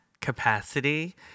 capacity